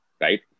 right